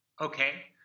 Okay